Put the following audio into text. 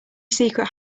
secret